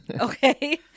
Okay